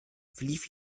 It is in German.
verlief